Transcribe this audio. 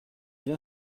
bien